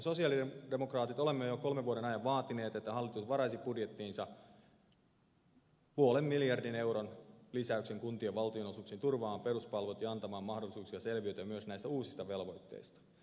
me sosialidemokraatit olemme jo kolmen vuoden ajan vaatineet että hallitus varaisi budjettiinsa puolen miljardin euron lisäyksen kuntien valtionosuuksiin turvaamaan peruspalvelut ja antamaan mahdollisuuksia selviytyä myös näistä uusista velvoitteista